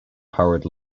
powered